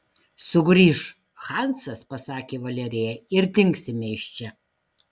sugrįš hansas pasakė valerija ir dingsime iš čia